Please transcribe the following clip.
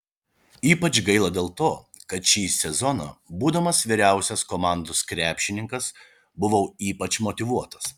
ypač gaila dėl to kad šį sezoną būdamas vyriausias komandos krepšininkas buvau ypač motyvuotas